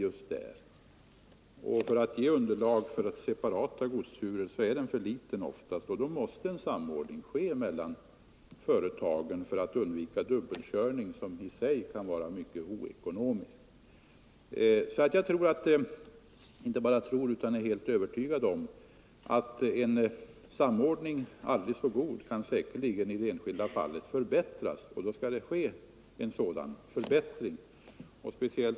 Den är många gånger för liten för att ge underlag för separata godsturer, och då måste en samordning ske mellan företagen för att man skall undvika dubbelkörning, som i sig kan vara mycket oekonomisk. Jag är helt övertygad om att en aldrig så god samordning kan förbättras i det enskilda fallet, och då skall en sådan förbättring göras.